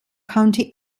county